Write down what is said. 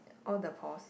all the pores